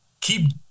Keep